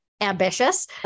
ambitious